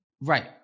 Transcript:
Right